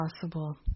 possible